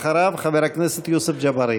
אחריו, חבר הכנסת יוסף ג'בארין.